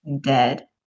dead